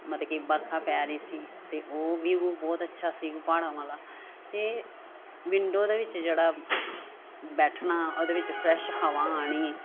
ਮਤਲਬ ਕਿ ਵਰਖਾ ਪੈ ਰਹੀ ਸੀ ਅਤੇ ਉਹ ਵਿਊ ਬਹੁਤ ਅੱਛਾ ਸੀ ਪਹਾੜਾਂ ਵਾਲਾ ਅਤੇ ਵਿੰਡੋ ਦੇ ਵਿੱਚ ਜਿਹੜਾ ਬੈਠਣਾ ਉਹਦੇ ਵਿੱਚ ਫਰੈਸ਼ ਹਵਾ ਆਉਣੀ